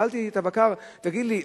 שאלתי את הבקר: תגיד לי,